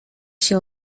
się